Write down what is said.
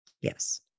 Yes